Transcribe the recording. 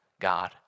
God